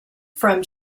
from